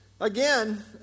Again